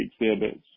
exhibits